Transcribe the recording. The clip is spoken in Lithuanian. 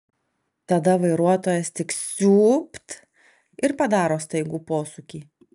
tada vairuotojas tik siūbt ir padaro staigų posūkį